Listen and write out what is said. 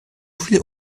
viele